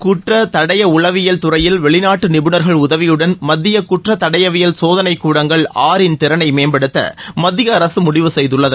குற்ற தடய உளவியல் துறையில் வெளிநாட்டு நிபுணர்கள் உதவியுடன் மத்திய குற்றத் தடயவியல் சோதனைக் கூடங்கள் ஆறின் திறனை மேம்படுத்த மத்திய அரசு முடிவு செய்துள்ளது